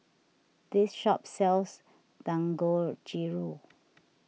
this shop sells Dangojiru